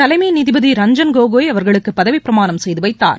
தலைமை நீதிபதி ரஞ்சன் கோகோய் அவர்களுக்கு பதவிப் பிரமாணம் செய்துவைத்தார்